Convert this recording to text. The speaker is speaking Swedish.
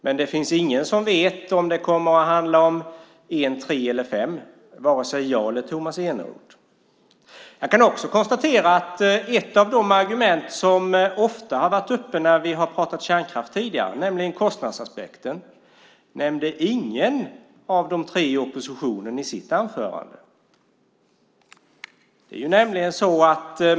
Men ingen vet om det handlar om en, tre eller fem reaktorer. Vare sig jag eller Tomas Eneroth vet det. Ett av de argument som ofta varit uppe tidigare när vi har pratat om kärnkraften gäller kostnadsaspekten. Ingen av de tre i oppositionen nämnde något om det i sitt anförande.